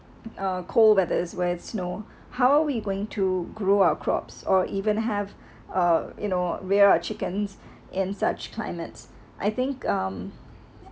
uh cold weather's where's it snow how we going to grow our crops or even have uh you know reared chickens in such climates I think um